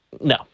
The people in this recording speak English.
no